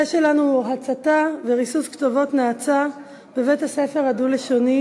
והנושא שלנו הוא: הצתה וריסוס כתובות נאצה בבית-הספר הדו-לשוני